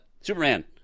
Superman